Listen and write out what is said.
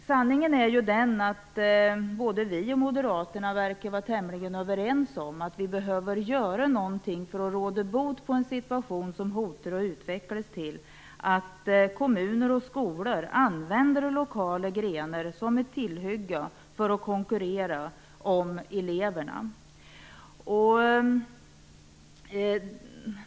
Sanningen är den att både vi socialdemokrater och moderaterna verkar vara tämligen överens om att vi behöver göra någonting för att råda bot på en situation som hotar att utvecklas till att kommuner och skolor använder lokala grenar som ett tillhygge för att konkurrera om eleverna.